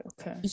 okay